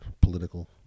political